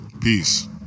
Peace